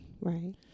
right